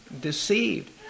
deceived